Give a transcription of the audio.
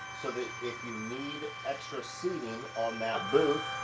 if you need extra seating, on that booth,